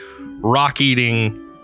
rock-eating